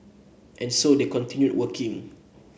and so they continue working